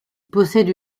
possède